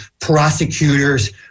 prosecutors